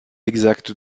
exacte